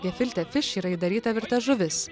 gefilte fiš yra įdaryta virta žuvis